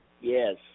Yes